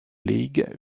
league